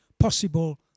possible